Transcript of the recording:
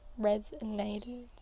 resonated